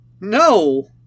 No